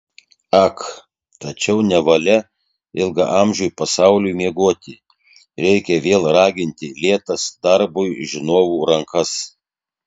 ak tačiau nevalia ilgaamžiui pasauliui miegoti reikia vėl raginti lėtas darbui žinovų rankas